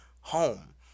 home